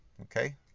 Okay